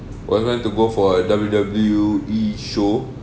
was want to go for a W_W_E show